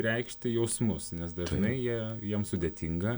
reikšti jausmus nes dažnai jie jiem sudėtinga